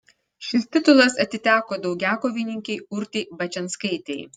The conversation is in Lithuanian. šis titulas atiteko daugiakovininkei urtei bačianskaitei